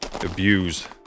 abuse